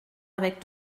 avec